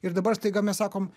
ir dabar staiga mes sakom